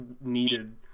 needed